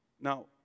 Now